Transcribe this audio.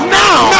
now